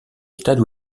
stade